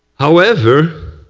however,